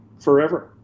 forever